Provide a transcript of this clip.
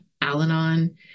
Al-Anon